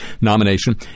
nomination